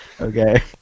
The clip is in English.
Okay